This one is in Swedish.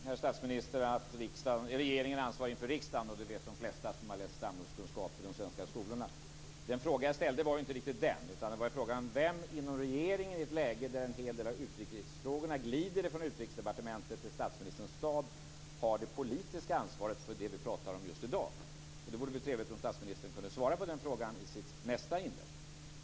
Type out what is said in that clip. Herr talman! Nog vet jag, herr statsminister, att regeringen är ansvarig inför riksdagen, och det vet de flesta som har läst samhällskunskap i de svenska skolorna. Den fråga jag ställde var inte riktigt den utan: Vem inom regeringen i ett läge där en hel del av utrikesfrågorna glider från Utrikesdepartementet till statsministerns stab har det politiska ansvaret för det vi talar om just i dag? Det vore trevligt om statsministern kunde svara på den frågan i sitt nästa inlägg.